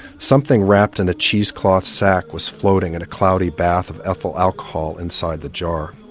something wrapped in a cheesecloth sack was floating in a cloudy bath of ethyl alcohol inside the jar.